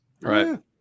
Right